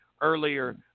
earlier